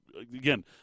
again